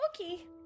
Okay